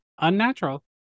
unnatural